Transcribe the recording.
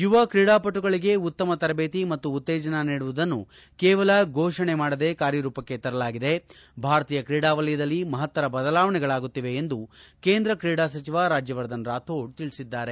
ಯುವ ತ್ರೀಡಾಪಟುಗಳಿಗೆ ಉತ್ತಮ ತರಬೇತಿ ಮತ್ತು ಉತ್ತೇಜನ ನೀಡುವುದನ್ನು ಕೇವಲ ಫೋಷಣೆ ಮಾಡದೇ ಕಾರ್ಯರೂಪಕ್ಕೆ ತರಲಾಗಿದೆ ಭಾರತೀಯ ಕ್ರೀಡಾ ವಲಯದಲ್ಲಿ ಮಪತ್ತರ ಬದಲಾವಣೆಗಳಾಗುತ್ತಿವೆ ಎಂದು ಕೇಂದ್ರ ಕ್ರೀಡಾ ಸಚಿವ ರಾಜ್ಯವರ್ಧನ್ ರಾಥೋಡ್ ತಿಳಿಸಿದ್ದಾರೆ